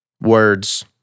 words